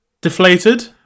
deflated